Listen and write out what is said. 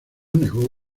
negó